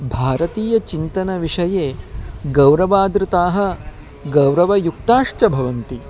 भारतीयचिन्तनविषये गौरवादृताः गौरवयुक्ताश्च भवन्ति